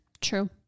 true